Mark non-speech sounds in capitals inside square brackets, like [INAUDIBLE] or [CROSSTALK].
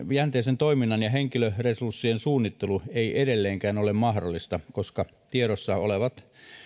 [UNINTELLIGIBLE] pitkäjänteisen toiminnan ja henkilöresurssien suunnittelu ei edelleenkään ole mahdollista koska tiedossa olevat